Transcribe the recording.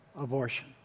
abortion